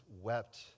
wept